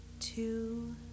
two